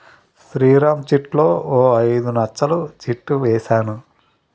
శ్రీరామ్ చిట్లో ఓ ఐదు నచ్చలు చిట్ ఏసాను